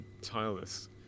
tireless